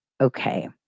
Okay